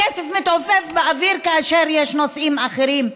הכסף מתעופף באוויר כאשר יש נושאים אחרים,